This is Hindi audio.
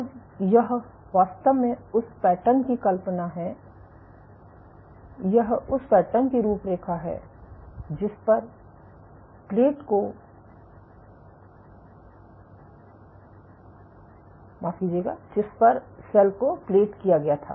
तो यह वास्तव में उस पैटर्न की कल्पना है यह उस पैटर्न की रूपरेखा है जिस पर सेल को प्लेट किया गया था